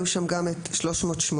היו שם גם סעיפים: 380